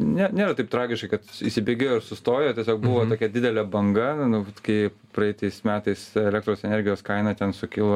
ne nėra taip tragiškai kad įsibėgėjo ir sustojo tiesiog buvo tokia didelė banga kai praeitais metais elektros energijos kaina ten sukilo